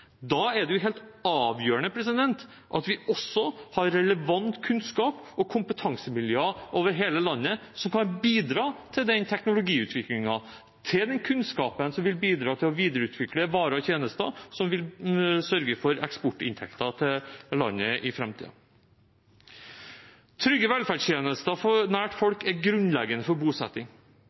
Da er det helt avgjørende at vi også har relevant kunnskap og kompetansemiljøer over hele landet som kan bidra til teknologiutvikling og kunnskap, som igjen vil bidra til å videreutvikle varer og tjenester som vil sørge for eksportinntekter til landet i framtiden. Trygge velferdstjenester nær folk er grunnleggende for bosetting.